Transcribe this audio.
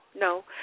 no